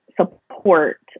support